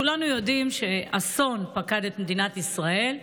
כולנו יודעים שאסון פקד את מדינת ישראל,